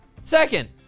Second